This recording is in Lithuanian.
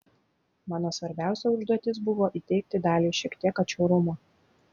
mano svarbiausia užduotis buvo įteigti daliai šiek tiek atšiaurumo